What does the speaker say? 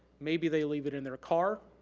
maybe they leave it in their car.